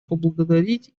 поблагодарить